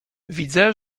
widzę